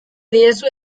diezu